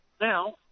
Now